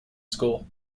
school